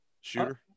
Shooter